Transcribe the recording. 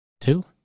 Two